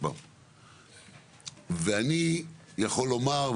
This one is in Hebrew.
ואני יכול לומר,